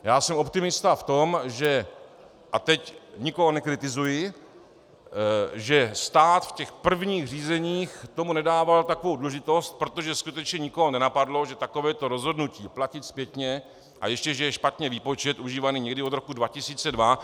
Já jsem optimista v tom, že a teď nikoho nekritizuji stát v těch prvních řízeních tomu nedával takovou důležitost, protože skutečně nikoho nenapadlo, že takovéto rozhodnutí platit zpětně a ještě že je špatně výpočet užívaný někdy od roku 2002.